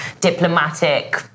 diplomatic